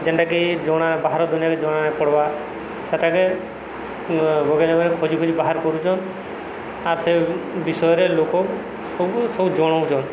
ଯେନ୍ଟାକି ଜଣା ବାହାର ଦୁନିଆଁକେ ଜଣାବାକେ ପଡ଼୍ବା ସେଟାକେ ବୋଗେଇ ଜଗା ଖୋଜି ଖୋଜି ବାହାର କରୁଛନ୍ ଆର୍ ସେ ବିଷୟରେ ଲୋକ ସବୁ ସବୁ ଜଣଉଛନ୍